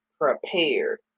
prepared